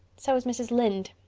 so is mrs. lynde,